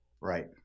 Right